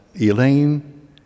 Elaine